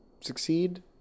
succeed